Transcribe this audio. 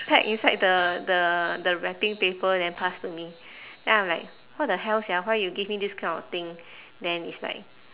pack inside the the the wrapping paper then pass to me then I'm like what the hell sia why you give me this kind of thing then it's like